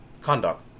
conduct